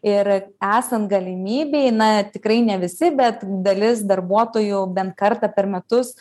ir esant galimybei na tikrai ne visi bet dalis darbuotojų bent kartą per metus